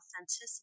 authenticity